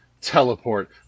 teleport